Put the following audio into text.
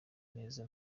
neza